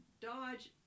dodge